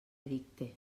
edicte